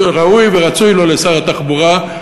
ראוי ורצוי לו, לשר התחבורה,